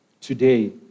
today